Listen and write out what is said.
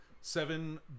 seven